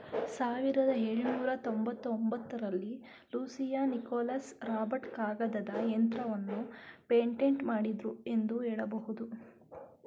ಸಾವಿರದ ಎಳುನೂರ ತೊಂಬತ್ತಒಂಬತ್ತ ರಲ್ಲಿ ಲೂಸಿಯಾ ನಿಕೋಲಸ್ ರಾಬರ್ಟ್ ಕಾಗದದ ಯಂತ್ರವನ್ನ ಪೇಟೆಂಟ್ ಮಾಡಿದ್ರು ಎಂದು ಹೇಳಬಹುದು